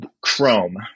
Chrome